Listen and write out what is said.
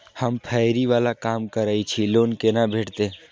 हम फैरी बाला काम करै छी लोन कैना भेटते?